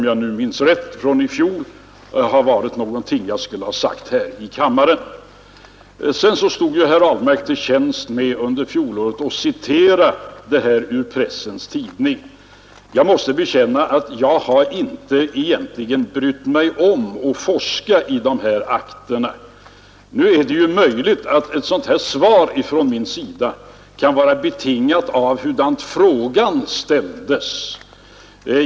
Jag måste bekänna att jag egentligen inte har brytt mig om att forska i de här akterna. Nu är det möjligt att ett sådant här svar från min sida kan vara betingat av hur frågan ställdes.